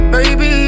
Baby